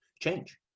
change